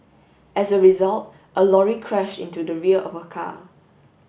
as a result a lorry crashed into the rear of her car